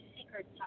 secrets